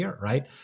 right